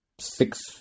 six